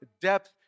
depth